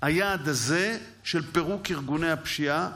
היעד הזה של פירוק ארגוני הפשיעה,